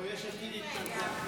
יש עתיד התנגדו.